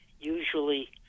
usually